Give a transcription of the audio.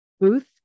Booth